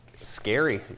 scary